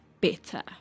better